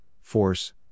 force